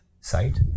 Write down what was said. site